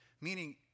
Meaning